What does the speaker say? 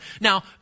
Now